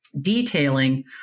detailing